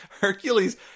Hercules